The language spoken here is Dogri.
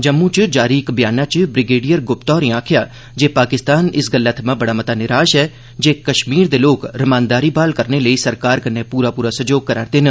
जम्मू च जारी इक बयाना च ब्रिगेडियर गुप्ता होरे आखेआ जे पाकिस्तान इस गल्लै थमां बड़ा निराश ऐ जे कश्मीर दे लोक रमानदारी ब्हाल करने लेई सरकार कन्नै पूरा पूरा सैहयोग करा'रदे न